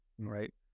right